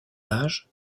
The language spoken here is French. âge